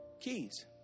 Keys